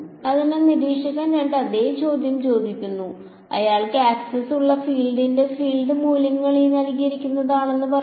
അതിനാൽ നിരീക്ഷകൻ 2 അതേ ചോദ്യം ചോദിക്കുന്നു അയാൾക്ക് ആക്സസ് ഉള്ള എന്റെ ഫീൽഡിന്റെ മൂല്യം പറയുന്നു